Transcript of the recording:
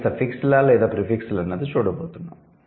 అవి సఫిక్స్ లా లేదా ప్రిఫిక్స్ లా అన్నది చూడబోతున్నాము